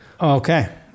Okay